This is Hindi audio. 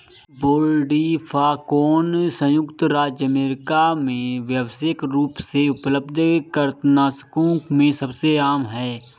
ब्रोडीफाकौम संयुक्त राज्य अमेरिका में व्यावसायिक रूप से उपलब्ध कृंतकनाशकों में सबसे आम है